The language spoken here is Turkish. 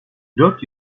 dört